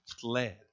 fled